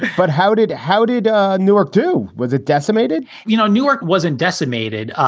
but how did how did newark do with a decimated you know newark? was it decimated?